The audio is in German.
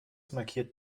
markiert